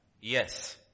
Yes